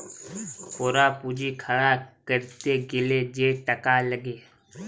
পুরা পুঁজি খাড়া ক্যরতে গ্যালে যে টাকা লাগ্যে